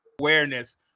awareness